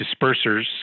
dispersers